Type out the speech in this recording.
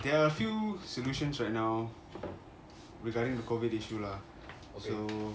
there are a few solutions right now regarding the COVID issue lah so